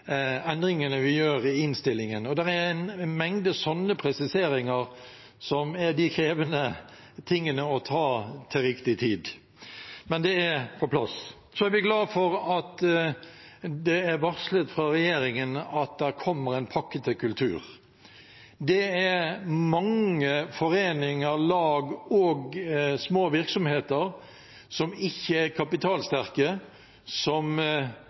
endringene vi gjør i innstillingen. Det er en mengde slike presiseringer som er de krevende tingene å ta til riktig tid, men de er på plass. Så er vi glade for at det er varslet fra regjeringen at det kommer en pakke til kulturfeltet. Det er mange foreninger, lag og små virksomheter som ikke er kapitalsterke, og som